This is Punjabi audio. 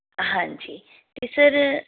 ਹਾਂਜੀ ਅਤੇ ਸਰ